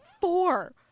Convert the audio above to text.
four